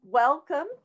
Welcome